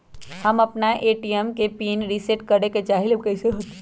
हम अपना ए.टी.एम के पिन रिसेट करे के चाहईले उ कईसे होतई?